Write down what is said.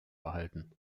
behalten